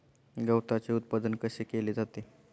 गवताचे उत्पादन कसे केले जाते?